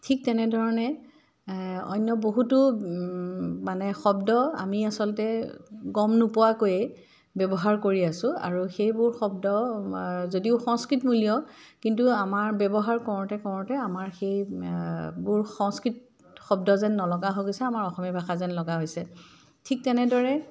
ঠিক তেনেধৰণে অন্য বহুতো মানে শব্দ আমি আচলতে গম নোপোৱাকৈয়ে ব্যৱহাৰ কৰি আছোঁ আৰু সেইবোৰ শব্দ আমাৰ যদিও সংস্কৃত মূলৰ কিন্তু আমাৰ ব্যৱহাৰ কৰোঁতে কৰোঁতে আমাৰ সেই বোৰ সংস্কৃত শব্দ যেন নলগা হৈ গৈছে আমাৰ অসমীয়া ভাষা যেন লগা হৈছে ঠিক তেনেদৰে